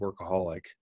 workaholic